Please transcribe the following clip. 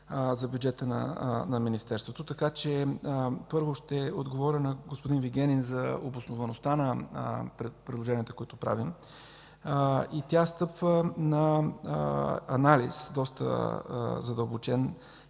за бюджета на Министерството, така че, първо, ще отговоря на господин Вигенин за обосноваността на предложенията, които правим. Тя стъпва на анализ – доста задълбочен